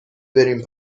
بریم